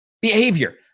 behavior